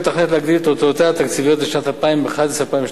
מתכננת להגדיל את הוצאותיה התקציביות ל-2011 2012